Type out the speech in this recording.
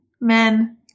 Men